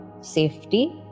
safety